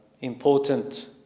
important